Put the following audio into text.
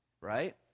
right